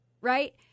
right